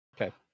Okay